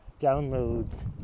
downloads